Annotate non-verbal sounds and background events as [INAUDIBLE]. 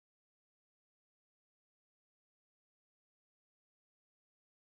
[UNINTELLIGIBLE]